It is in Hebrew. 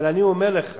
אבל אני אומר לך